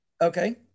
Okay